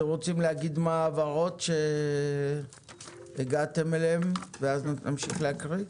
אתם רוצים להגיד מה ההבהרות שהגעתם אליהן ואז נמשיך להקריא?